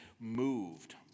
moved